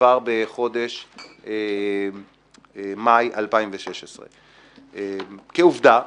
כבר בחודש מאי 2016. כעובדה,